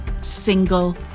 single